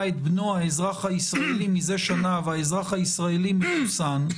את בנו האזרח הישראלי מזה שנה והאזרח הישראלי מחוסן,